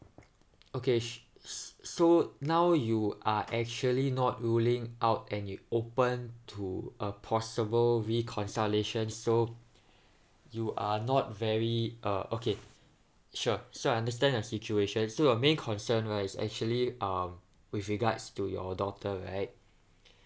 okay su~ s~ so now you are actually not ruling out and you open to a possible reconciliation so you are not very uh okay sure so understand your situation so your main concern right is actually uh with regards to your daughter right